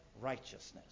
righteousness